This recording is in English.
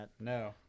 No